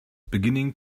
beginning